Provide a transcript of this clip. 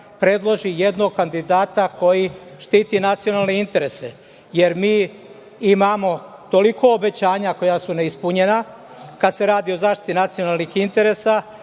predloži jednog kandidata koji štiti nacionalne interese, jer mi imamo toliko obećanja koja su ne ispunjena, kada se radi o zaštiti nacionalnih interesa,